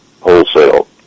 wholesale